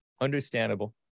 understandable